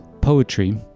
poetry